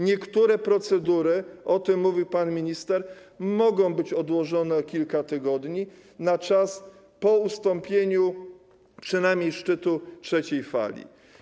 Niektóre procedury - o tym mówił pan minister - mogą być odłożone o kilka tygodni na czas po ustąpieniu przynajmniej szczytu trzeciej fali.